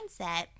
mindset